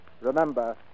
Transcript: Remember